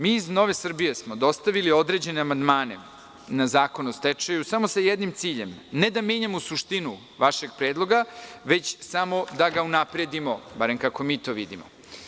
Mi iz NS smo dostavili određene amandmane na Zakon o stečaju samo sa jednim ciljem, ne da menjamo suštinu vašeg predloga, već samo da ga unapredimo, barem kako mi to vidimo.